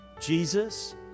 Jesus